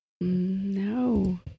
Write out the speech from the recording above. No